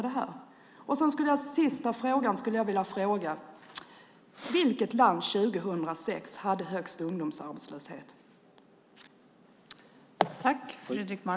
Den sista frågan är: Vilket land hade högst ungdomsarbetslöshet 2006?